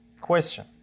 Question